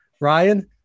Ryan